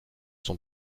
son